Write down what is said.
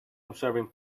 observing